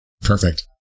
perfect